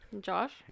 Josh